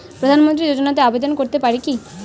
প্রধানমন্ত্রী যোজনাতে আবেদন করতে পারি কি?